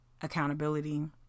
accountability